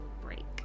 break